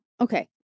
okay